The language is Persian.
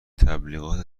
تبلیغات